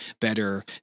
better